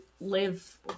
live